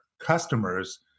customers